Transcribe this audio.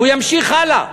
הוא ימשיך הלאה.